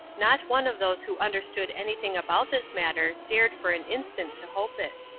not one of those who understood anything about this matter dared for an instant to hope it.